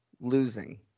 losing